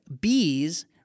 bees